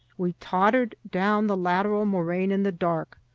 we tottered down the lateral moraine in the dark,